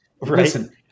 Listen